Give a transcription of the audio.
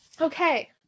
Okay